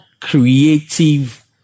creative